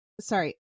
sorry